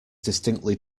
distinctly